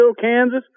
Kansas